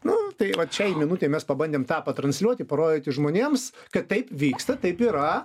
nu tai vat šiai minutei mes pabandėm tą patransliuot parodyti žmonėm kad taip vyksta taip yra